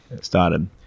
started